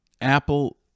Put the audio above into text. Apple